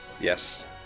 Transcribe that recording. yes